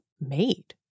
made